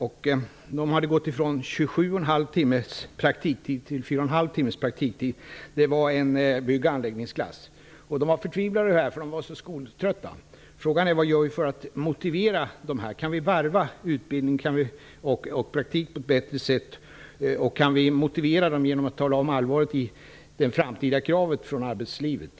Det var en bygg och anläggningsklass där man hade gått ned från 27,5 till 4,5 timmars praktiktid. Eleverna var förtvivlade över detta därför att de var så skoltrötta. Frågan är vad vi kan göra för att motivera dessa elever. Kan utbildning och praktik varvas på ett bättre sätt? Kan vi motivera eleverna genom att upplysa dem om det allvarliga i det framtida kravet från arbetslivet?